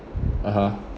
(uh huh)